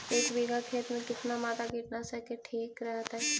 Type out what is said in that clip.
एक बीघा खेत में कितना मात्रा कीटनाशक के ठिक रहतय?